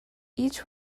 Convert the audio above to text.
each